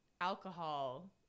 alcohol